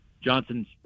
Johnson's